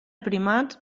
primats